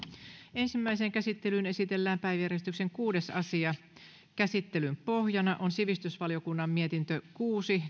ensimmäiseen käsittelyyn esitellään päiväjärjestyksen kuudes asia käsittelyn pohjana on sivistysvaliokunnan mietintö kuusi